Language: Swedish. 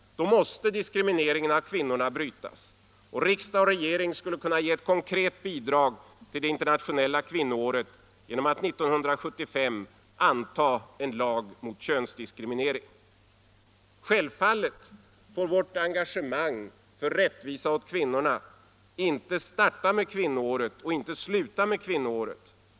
Då måste diskrimineringen av kvinnorna brytas. Riks dag och regering skulle kunna ge ett konkret bidrag till det internationella kvinnoåret genom att 1975 anta en lag mot könsdiskriminering. Det liberala engagemanget för rättvisa åt kvinnorna startade inte med kvinnoåret och slutar inte med kvinnoåret.